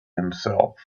himself